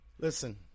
listen